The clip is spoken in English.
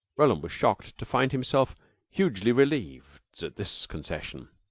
roland was shocked to find himself hugely relieved at this concession.